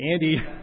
Andy